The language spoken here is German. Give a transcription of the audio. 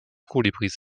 kolibris